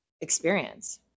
experience